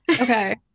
Okay